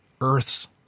Earths